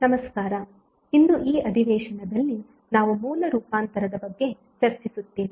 ನಮಸ್ಕಾರ ಇಂದು ಈ ಅಧಿವೇಶನದಲ್ಲಿ ನಾವು ಮೂಲ ರೂಪಾಂತರದ ಬಗ್ಗೆ ಚರ್ಚಿಸುತ್ತೇವೆ